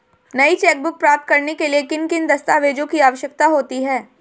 नई चेकबुक प्राप्त करने के लिए किन दस्तावेज़ों की आवश्यकता होती है?